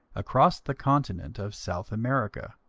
across the continent of south america.